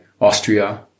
Austria